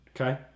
Okay